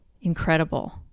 incredible